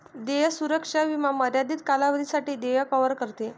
देय सुरक्षा विमा मर्यादित कालावधीसाठी देय कव्हर करते